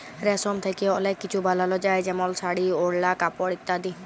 রেশম থ্যাকে অলেক কিছু বালাল যায় যেমল শাড়ি, ওড়লা, কাপড় ইত্যাদি